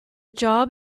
job